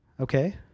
okay